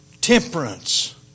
Temperance